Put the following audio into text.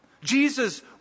Jesus